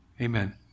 Amen